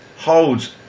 holds